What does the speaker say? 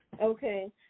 Okay